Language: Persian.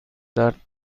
درد